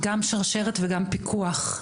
גם שרשרת וגם פיקוח.